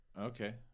Okay